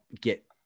get